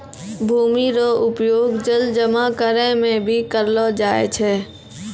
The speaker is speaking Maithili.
भूमि रो उपयोग जल जमा करै मे भी करलो जाय छै